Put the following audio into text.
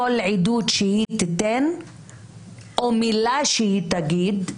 כל עדות שהיא תיתן או מילה שהיא תגיד,